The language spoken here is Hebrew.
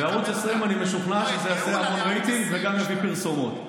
לערוץ 20 אני משוכנע שזה יעשה המון רייטינג וגם יביא פרסומות.